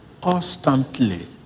Constantly